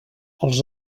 els